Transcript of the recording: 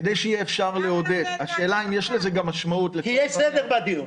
--- כי יש סדר בדיון.